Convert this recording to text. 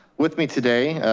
with me today,